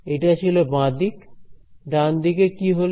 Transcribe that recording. এটা ছিল বাঁ দিক ডান দিকে কি হলো